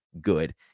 good